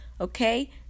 okay